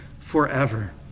forever